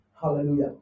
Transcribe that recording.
Hallelujah